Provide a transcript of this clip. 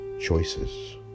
choices